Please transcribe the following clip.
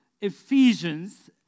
Ephesians